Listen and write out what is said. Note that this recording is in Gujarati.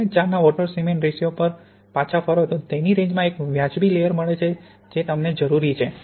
4 ના વોટર સિમેન્ટ રેશિયો પર પાછા ફરો તો તેની રેન્જમાં એક વાજબી લેયર મળે છે જે તમને જરૂરી છે